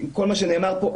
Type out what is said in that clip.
עם כל מה שנאמר פה,